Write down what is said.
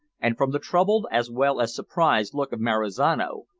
and, from the troubled as well as surprised look of marizano,